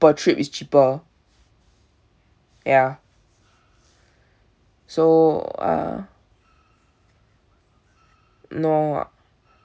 per trip is cheaper ya so uh naw